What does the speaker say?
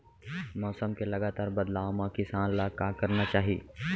मौसम के लगातार बदलाव मा किसान ला का करना चाही?